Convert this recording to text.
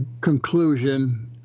conclusion